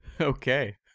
Okay